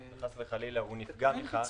וחס וחלילה הוא נפגע בכך,